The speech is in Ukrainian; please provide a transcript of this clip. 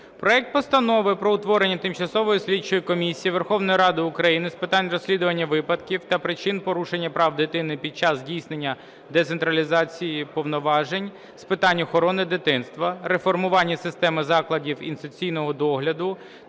проект Постанови про утворення Тимчасової слідчої комісії Верховної Ради України з питань розслідування випадків та причин порушення прав дитини під час здійснення децентралізації повноважень з питань охорони дитинства, реформування системи закладів інституційного догляду